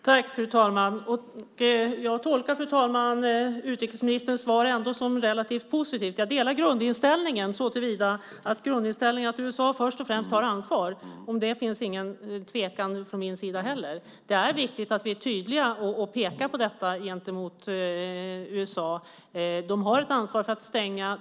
Fru talman! Jag tolkar utrikesministerns svar som relativt positivt. Jag delar grundinställningen att det är USA som först och främst har ansvaret. Och det finns ingen tvekan från min sida heller. Det är viktigt att vi är tydliga och pekar på detta gentemot USA. De har ett ansvar för att stänga.